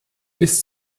bis